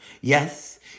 Yes